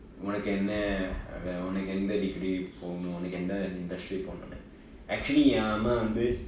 உனக்கென்ன எந்த:unakkenna unakku entha degree போனும் உனக்கு எந்த:ponum unakku entha industry போனும்னு:ponumnu actually என் அம்மா வந்து:yen amma vanthu